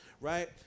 right